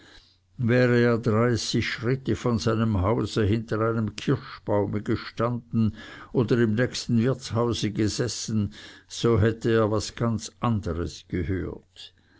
wäre der dreißig schritte von seinem hause hinter einem kirschbaume gestanden oder im nächsten wirtshause gesessen so hätte er was ganz anderes gehört